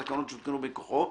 והתקנות שהותקנו מכוחו,